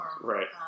Right